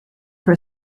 for